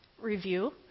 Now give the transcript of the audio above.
review